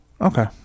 Okay